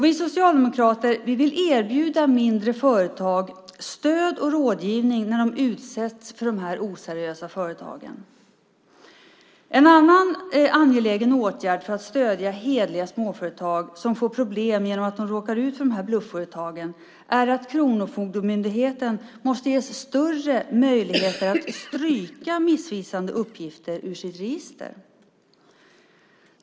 Vi socialdemokrater vill erbjuda mindre företag stöd och rådgivning när de utsätts för de här oseriösa företagen. En annan angelägen åtgärd för att stödja hederliga småföretag som får problem genom att de råkar ut för dessa blufföretag är att Kronofogdemyndigheten ges större möjligheter att stryka missvisande uppgifter ur sitt register.